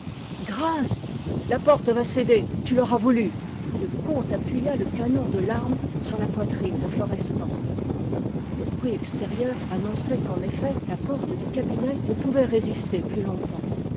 grâce la porte va céder tu l'auras voulu et le comte appuya le canon de l'arme sur la poitrine de florestan le bruit extérieur annonçait qu'en effet la porte du cabinet ne pouvait résister plus longtemps